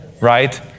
right